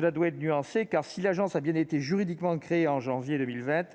ailleurs, si l'agence a bien été juridiquement créée en janvier 2020,